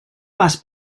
pas